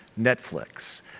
Netflix